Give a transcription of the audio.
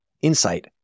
Insight